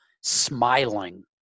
smiling